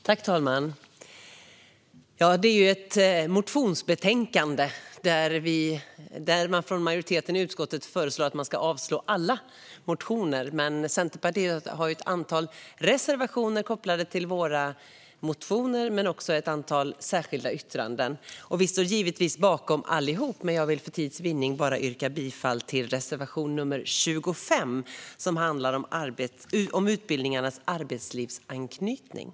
Fru talman! Vi debatterar ett motionsbetänkande där majoriteten i utskottet föreslår att riksdagen ska avslå alla motioner. Vi i Centerpartiet har ett antal reservationer kopplade till våra motioner men också ett antal särskilda yttranden. Vi står givetvis bakom allihop. Men jag vill för tids vinnande yrka bifall endast till reservation 59, som handlar om utbildningarnas arbetslivsanknytning.